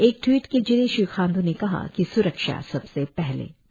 एक ट्वीट के जरिए श्री खांड्र ने कहा कि स्रक्षा सबसे पहले